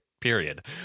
period